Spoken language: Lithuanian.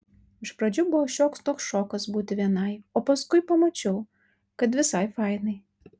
iš pradžių buvo šioks toks šokas būti vienai o paskui pamačiau kad visai fainai